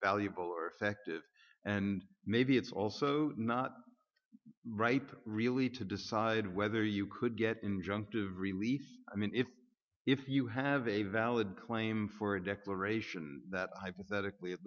valuable or effective and maybe it's also not right really to decide whether you could get injunctive relief i mean if if you have a valid claim for a declaration that hypothetically at